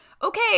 okay